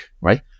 right